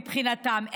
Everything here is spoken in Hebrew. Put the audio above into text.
מבחינתם,